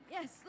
Yes